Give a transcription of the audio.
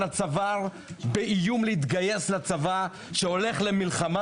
הצוואר באיום להתגייס לצבא שהולך למלחמה?